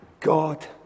God